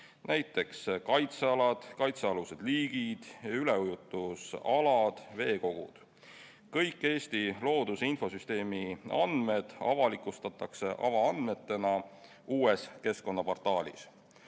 (nt kaitsealad, kaitsealused liigid, üleujutusalad ja veekogud). Kõik Eesti looduse infosüsteemi andmed avalikustatakse avaandmetena uues keskkonnaportaalis.